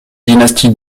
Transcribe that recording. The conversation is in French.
dynastie